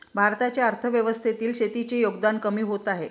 भारताच्या अर्थव्यवस्थेतील शेतीचे योगदान कमी होत आहे